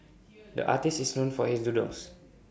the artist is known for his doodles